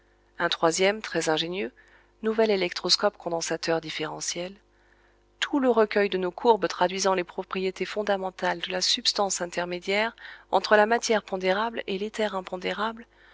un troisième très ingénieux nouvel électroscope condensateur différentiel tout le recueil de nos courbes traduisant les propriétés fondamentales de la substance intermédiaire entre la matière pondérable et